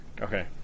Okay